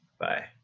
Bye